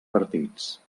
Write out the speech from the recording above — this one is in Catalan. partits